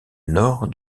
nord